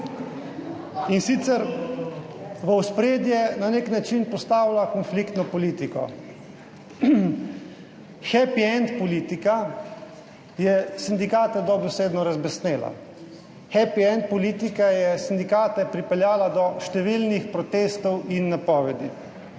in sicer v ospredje na nek način postavlja konfliktno politiko. Hepiend politika je sindikate dobesedno razbesnela. Hepiend politika je sindikate pripeljala do številnih protestov in napovedi.